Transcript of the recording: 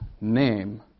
name